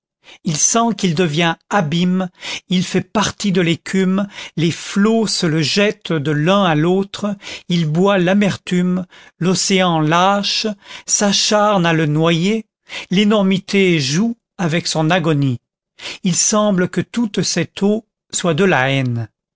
il sent qu'il devient abîme il fait partie de l'écume les flots se le jettent de l'un à l'autre il boit l'amertume l'océan lâche s'acharne à le noyer l'énormité joue avec son agonie il semble que toute cette eau soit de la haine